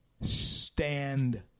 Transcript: stand